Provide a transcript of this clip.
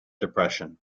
depression